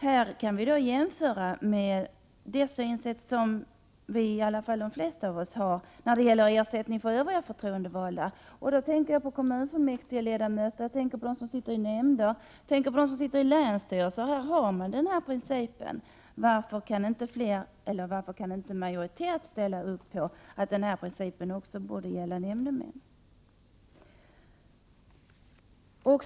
Här kan vi jämföra med det synsätt vi har, i alla fall de flesta av oss, när det gäller ersättning för övriga förtroendevalda. Jag tänker då på kommunfullmäktigeledamöter, dem som sitter i nämnder och i länsstyrelser. Här följer man principen lika lön för lika arbete. Varför kan inte en majoritet ställa upp på att denna princip också borde gälla nämndemännen?